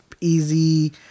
easy